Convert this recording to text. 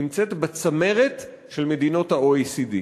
נמצאת בצמרת של מדינות ה-OECD.